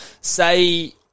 say